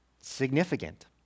significant